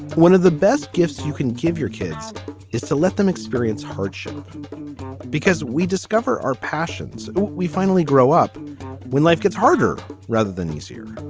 one of the best gifts you can give your kids is to let them experience hardship because we discover our passions and we finally grow up when life gets harder rather than easier.